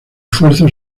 esfuerzo